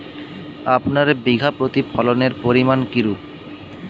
আপনার বিঘা প্রতি ফলনের পরিমান কীরূপ?